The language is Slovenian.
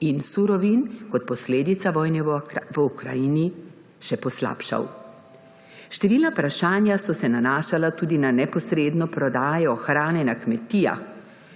in surovin kot posledica vojne v Ukrajini še poslabšal. Številna vprašanja so se nanašala tudi na neposredno prodajo hrane na kmetijah,